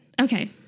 okay